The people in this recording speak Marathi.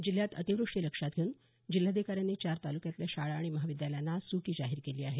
जिल्ह्यात अतिवृष्टी लक्षात घेऊन जिल्हाधिकाऱ्यांनी चार तालुक्यातल्या शाळा आणि महाविद्यालयांना आज सुटी जाहीर केली आहे